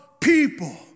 people